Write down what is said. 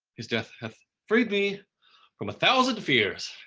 his death hath freed me from a thousand fears,